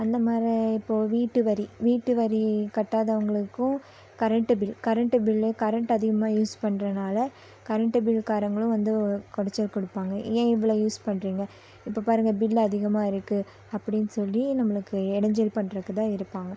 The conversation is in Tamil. அந்த மாதிரி இப்போது வீட்டு வரி வீட்டு வரி கட்டாதவங்களுக்கும் current bill current bill current அதிகமாக யூஸ் பண்றதனால கரண்ட் பில் காரங்களும் வந்து குடச்சல் கொடுப்பாங்க ஏன் இவ்வளோ யூஸ் பண்றீங்க இப்போ பாருங்கள் பில் அதிகமாக இருக்குது அப்டின்னு சொல்லி நம்மளுக்கு இடஞ்சல் பண்றதுக்குதான் இருப்பாங்க